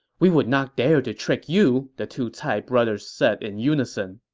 we would not dare to trick you, the two cai brothers said in unison